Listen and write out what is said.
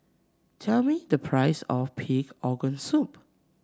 tell me the price of Pig Organ Soup